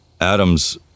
Adam's